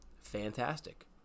Fantastic